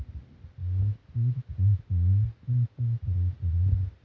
माटिर पहचान कुंसम करे करूम?